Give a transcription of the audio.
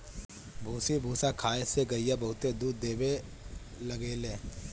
भूसी भूसा खाए से गईया बहुते दूध देवे लागेले